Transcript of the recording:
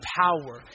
power